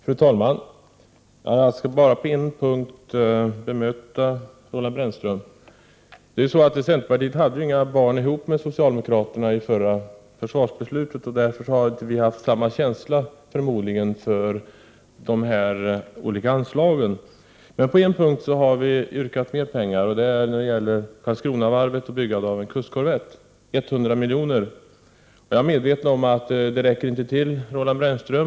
Fru talman! Jag skall bemöta Roland Brännström på bara en punkt. Centerpartiet hade inte några barn ihop med socialdemokraterna vid förra försvarsbeslutet. Därför har vi förmodligen inte haft samma känsla för de olika anslagen. Men på en punkt har vi yrkat ytterligare pengar, nämligen när det gäller Karlskronavarvet och byggande av en kustkorvett. Vi har yrkat att anslaget skall ökas med 100 milj.kr. Jag är medveten om att detta inte är tillräckligt, Roland Brännström.